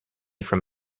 from